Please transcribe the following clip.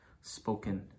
spoken